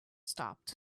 stopped